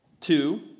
Two